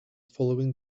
following